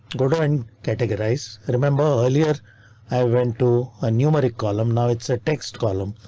go to and categorize. remember earlier i went to a numeric column. now it's a text column,